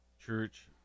church